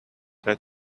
that